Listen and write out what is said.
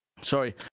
sorry